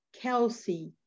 Kelsey